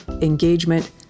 engagement